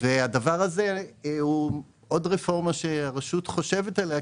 הדבר הזה הוא עוד רפורמה שהרשות חושבת עליה,